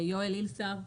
יואל אילסר,